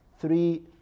Three